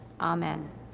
Amen